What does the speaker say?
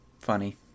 funny